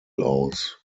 aus